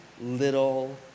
little